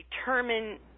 determine